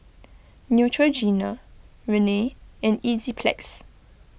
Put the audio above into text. Neutrogena Rene and Enzyplex